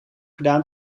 gedaan